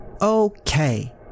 Okay